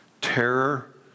terror